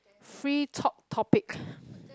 free talk topic